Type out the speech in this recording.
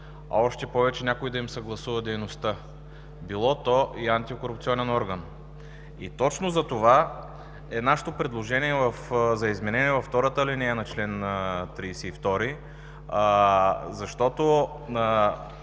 още повече някой да им съгласува дейността – било то и антикорупционен орган. И точно затова е нашето предложение за изменение във втората алинея на чл. 32, защото